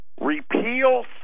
Repeal